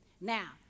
now